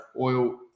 oil